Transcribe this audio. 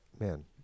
Man